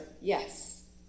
yes